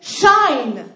shine